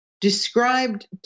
described